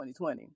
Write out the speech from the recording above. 2020